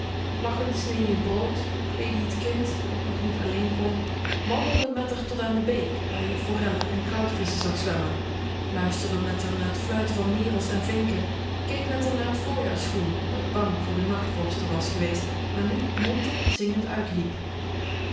lachend snee ie t brood kleedde ie t kind dat t nog niet alleen kon wandelde met r tot aan de beek waar je forellen en goudvisschen zag zwemmen luisterde met r naar t fluiten van merels en vinken keek met r naar t voorjaarsgroen dat bang voor de nachtvorsten was geweest maar nu monter en zingend uitliep